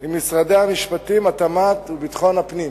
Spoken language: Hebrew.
עם משרדי המשפטים, התמ"ת וביטחון הפנים.